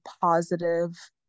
positive